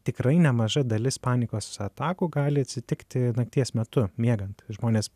tikrai nemaža dalis panikos atakų gali atsitikti nakties metu miegant žmonės